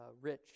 rich